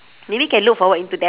maybe you can look forward into that